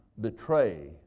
betray